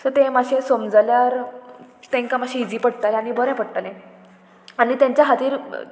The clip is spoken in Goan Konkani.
सो तें मातशें समजल्यार तांकां मातशें इजी पडटलें आनी बरें पडटलें आनी तेंच्या खातीर